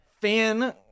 fan